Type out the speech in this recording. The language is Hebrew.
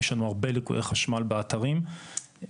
יש לנו הרבה ליקויי חשמל באתרים ואנחנו